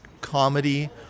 comedy